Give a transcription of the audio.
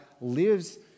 lives